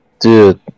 Dude